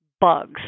bugs